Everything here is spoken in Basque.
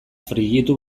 frijitu